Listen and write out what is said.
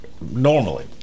normally